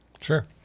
Sure